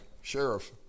sheriff